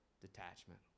detachment